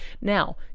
Now